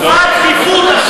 מה הדחיפות?